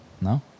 No